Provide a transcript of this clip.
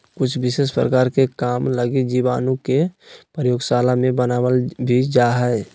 कुछ विशेष प्रकार के काम लगी जीवाणु के प्रयोगशाला मे बनावल भी जा हय